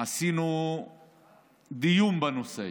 שעשינו דיון בוועדת הכספים בנושא.